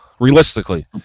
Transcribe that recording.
realistically